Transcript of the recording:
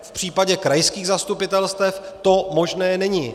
V případě krajských zastupitelstev to možné není.